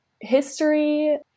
history